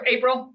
April